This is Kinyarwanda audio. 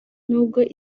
n’ubwo